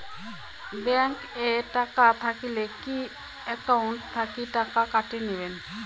Bank এ টাকা থাকিলে কি একাউন্ট থাকি টাকা কাটি নিবেন?